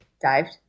dived